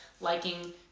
liking